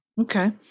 Okay